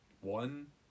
one